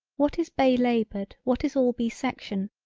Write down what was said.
what is bay labored what is all be section,